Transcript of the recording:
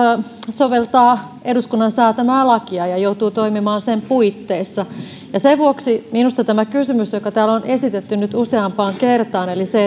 soveltaa eduskunnan säätämää lakia ja joutuu toimimaan sen puitteissa sen vuoksi minusta on tärkeä tämä kysymys joka täällä on esitetty nyt useampaan kertaan eli se